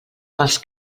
pels